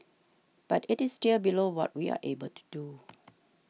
but it is still below what we are able to do